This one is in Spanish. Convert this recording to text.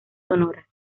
sonoras